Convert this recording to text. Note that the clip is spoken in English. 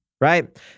right